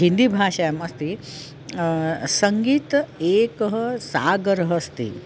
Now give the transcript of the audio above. हिन्दीभाषायाम् अस्ति सङ्गीतम् एकः सागरः अस्ति